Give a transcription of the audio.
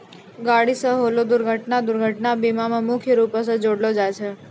गाड़ी से होलो दुर्घटना दुर्घटना बीमा मे मुख्य रूपो से जोड़लो जाय छै